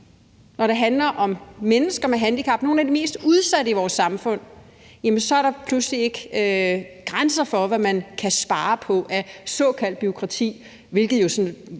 når det handler om mennesker med handicap, nogle af de mest udsatte i vores samfund, så er der pludselig ikke grænser for, hvad man kan spare på af såkaldt bureaukrati. Og her er vi